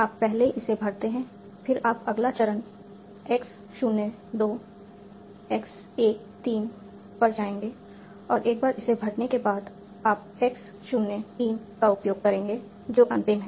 आप पहले इसे भरते हैं फिर आप अगला चरण x 0 2 x 1 3 पर जाएंगे और एक बार इसे भरने के बाद आप x 0 3 का उपयोग करेंगे जो अंतिम है